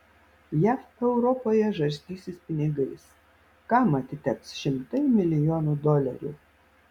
jav europoje žarstysis pinigais kam atiteks šimtai milijonų dolerių